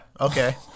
okay